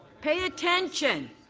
pay attention.